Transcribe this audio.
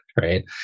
Right